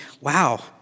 wow